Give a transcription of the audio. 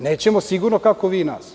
Nećemo sigurno kako vi nas.